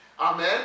Amen